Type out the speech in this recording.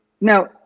Now